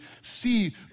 see